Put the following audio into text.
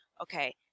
okay